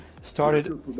started